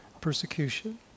persecution